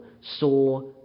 saw